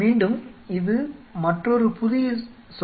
மீண்டும் இது மற்றொரு புதிய சொல்